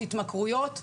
התמכרויות,